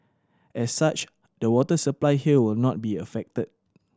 as such the water supply here will not be affected